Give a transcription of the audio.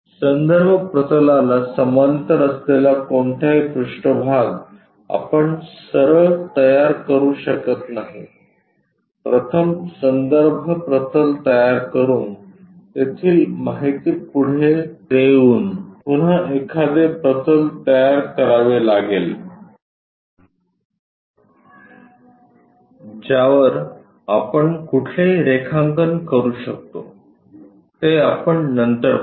संदर्भ प्रतलाला समांतर असलेला कोणताही पृष्ठभाग आपण सरळ तयार करू शकत नाही प्रथम संदर्भ प्रतल तयार करून तेथील माहिती पुढे देऊन पुन्हा एखादे प्रतल तयार करावे लागेल ज्यावर आपण कुठलेही रेखांकन करू शकतो ते आपण नंतर पाहू